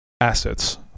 assets